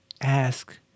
Ask